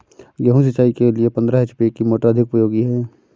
गेहूँ सिंचाई के लिए पंद्रह एच.पी की मोटर अधिक उपयोगी है?